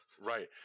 right